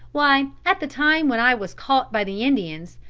why, at the time when i was caught by the indians,